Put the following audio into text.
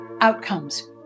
outcomes